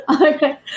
Okay